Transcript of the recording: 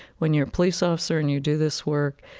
when you're a police officer and you do this work,